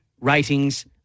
ratings